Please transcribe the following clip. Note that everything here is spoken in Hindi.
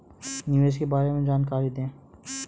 निवेश के बारे में जानकारी दें?